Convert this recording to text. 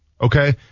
okay